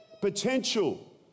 Potential